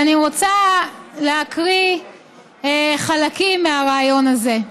ואני רוצה להקריא חלקים מהריאיון הזה.